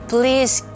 Please